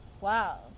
wow